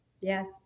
Yes